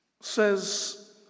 says